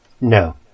No